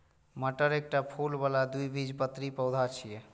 मटर एकटा फूल बला द्विबीजपत्री पौधा छियै